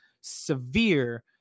severe